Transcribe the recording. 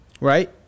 right